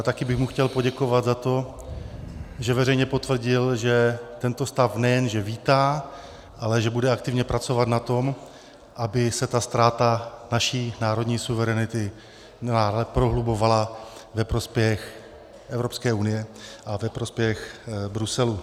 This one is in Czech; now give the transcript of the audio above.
Taky bych mu chtěl poděkovat za to, že veřejně potvrdil, že tento stav nejen že vítá, ale že bude aktivně pracovat na tom, aby se ta ztráta naší národní suverenity dále prohlubovala ve prospěch Evropské unie a ve prospěch Bruselu.